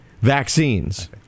Vaccines